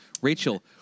Rachel